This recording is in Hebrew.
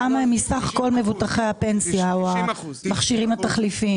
כמה הם מסך כל מבוטחי הפנסיה או המכשירים התחליפיים.